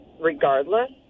regardless